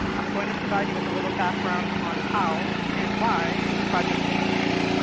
i'm going to provide you with a little background on how and why the project came to be.